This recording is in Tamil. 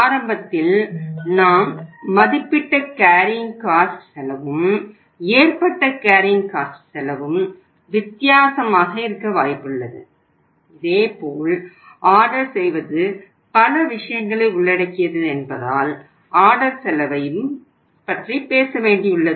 ஆரம்பத்தில் நாம் மதிப்பிட்ட கேரியிங் காஸ்ட் பற்றி பேச வேண்டியுள்ளது